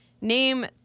name